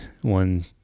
one